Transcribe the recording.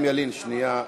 חיים ילין, שנייה.